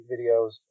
videos